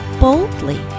boldly